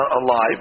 alive